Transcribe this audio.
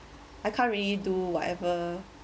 I can't really do whatever